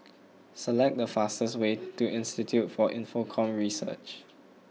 select the fastest way to Institute for Infocomm Research